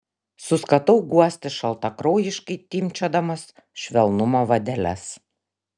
suskatau guosti šaltakraujiškai timpčiodamas švelnumo vadeles